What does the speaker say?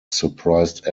surprised